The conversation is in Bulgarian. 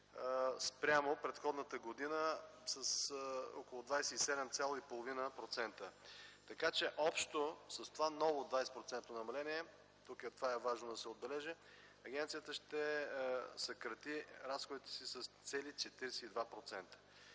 спрямо предходната година за около 27,5%. Така, че общо с това ново 20-процентно намаление – тук това е важно да се отбележи – агенцията ще съкрати разходите си с цели 42%